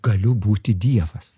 galiu būti dievas